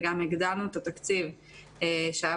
גם הגדלנו את התקציב המקורי,